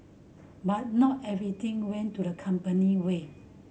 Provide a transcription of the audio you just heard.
but not everything went to the company way